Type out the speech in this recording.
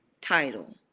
title